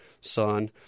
son